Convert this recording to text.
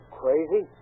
crazy